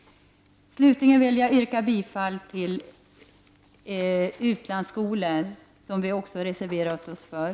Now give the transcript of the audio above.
Slutligen vill jag yrka bifall till vår reservation om utlandsskolor.